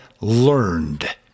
learned